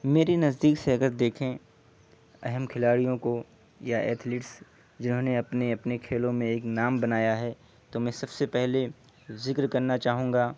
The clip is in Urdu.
میری نزدیک سے اگر دیکھیں اہم کھلاڑیوں کو یا ایتھیلٹس جنہوں نے اپنے اپنے کھیلوں میں ایک نام بنایا ہے تو میں سب سے پہلے ذکر کرنا چاہوں گا